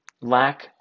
lack